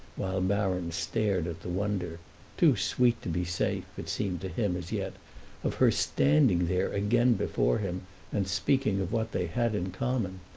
while baron stared at the wonder too sweet to be safe, it seemed to him as yet of her standing there again before him and speaking of what they had in common.